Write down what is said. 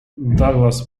douglass